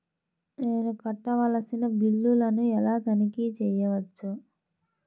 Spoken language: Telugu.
నేను కట్టవలసిన బిల్లులను ఎలా తనిఖీ చెయ్యవచ్చు?